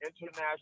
International